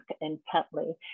intently